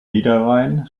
niederrhein